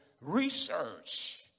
research